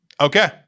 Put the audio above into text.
Okay